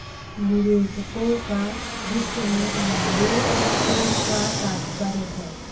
निवेशकों का वित्त में लंबे से क्या तात्पर्य है?